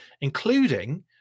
including